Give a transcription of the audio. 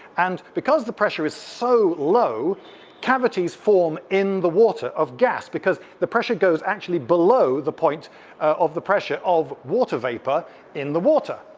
and because the pressure is so low cavities form in the water of gas, because the pressure goes actually below the point of the pressure of water vapour in the water.